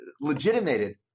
legitimated